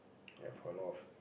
ya for a lot of